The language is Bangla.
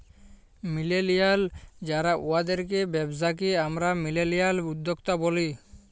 মিলেলিয়াল যারা উয়াদের ব্যবসাকে আমরা মিলেলিয়াল উদ্যক্তা ব্যলি